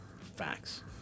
Facts